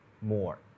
more